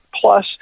plus